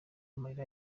amarira